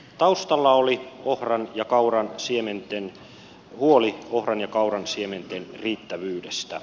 taustalla oli huoli ohran ja kauran siementen riittävyydestä